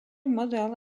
model